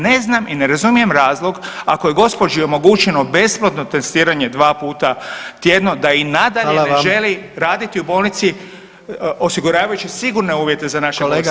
Ne znam i ne razumijem razlog ako je gospođi omogućeno besplatno testiranje dva puta tjedno da i nadalje [[Upadica: Hvala vam]] ne želi raditi u bolnici osiguravajući sigurne uvjete za naše bolesnike.